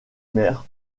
mers